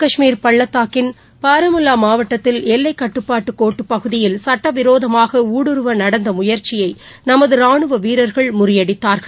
கவ்மீர் பள்ளதாக்கின் பாரமுல்லாமாவட்டத்தில் ஜம்மு எல்லைக்கட்டுபாட்டுகோட்டுபகுதியில் சட்டவிரோதமாகஊடுருவநடந்தமுயற்சியைநமதராணுவவீரர்கள் முறியடித்தாா்கள்